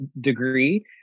degree